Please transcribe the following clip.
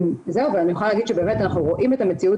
אני יכולה להגיד שבאמת אנחנו רואים את המציאות